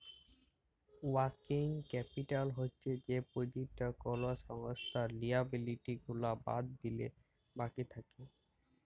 working capital হচ্ছ যে পুঁজিটা কোলো সংস্থার লিয়াবিলিটি গুলা বাদ দিলে বাকি থাক্যে